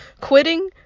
Quitting